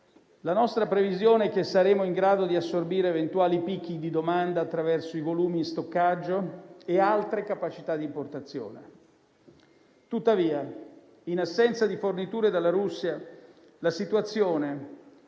La nostra previsione è che saremo in grado di assorbire eventuali picchi di domanda attraverso i volumi in stoccaggio e altre capacità di importazione. Tuttavia, in assenza di forniture dalla Russia, la situazione